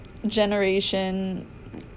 Generation